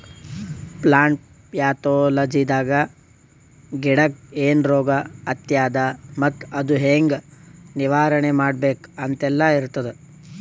plant ಪ್ಯಾಥೊಲಜಿದಾಗ ಗಿಡಕ್ಕ್ ಏನ್ ರೋಗ್ ಹತ್ಯಾದ ಮತ್ತ್ ಅದು ಹೆಂಗ್ ನಿವಾರಣೆ ಮಾಡ್ಬೇಕ್ ಅಂತೆಲ್ಲಾ ಇರ್ತದ್